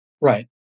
Right